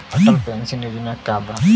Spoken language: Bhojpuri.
अटल पेंशन योजना का बा?